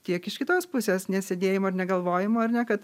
tiek iš kitos pusės ne sėdėjimo ir negalvojimo ar ne kad